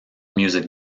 music